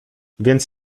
więc